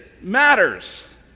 matters